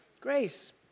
grace